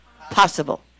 possible